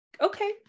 okay